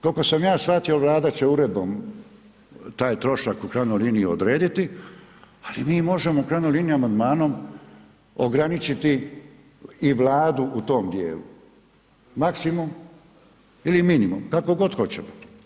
Koliko sam ja shvatio, Vlada će uredbom taj trošak u krajnjoj liniji odrediti, ali mi možemo u krajnjoj liniji, amandmanom ograničiti i Vladu u tom dijelu, maksimum ili minimum, kako god hoćemo.